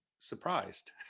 surprised